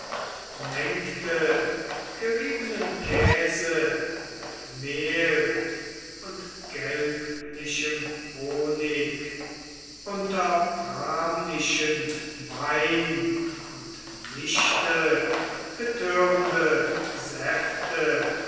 mengte geriebenen käse mit mehl und gelblichem honig unter pramnischen wein und mischte betörende säfte